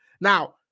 Now